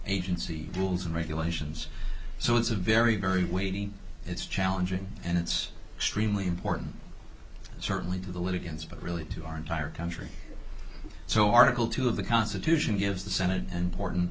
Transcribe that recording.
agency rules and regulations so it's a very very weighty it's challenging and it's extremely important certainly to the litigants but really to our entire country so article two of the constitution gives the senate and port